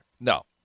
No